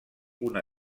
una